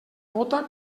gota